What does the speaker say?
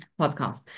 podcast